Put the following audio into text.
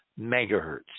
megahertz